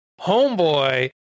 homeboy